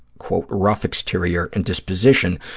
quote, rough exterior and disposition.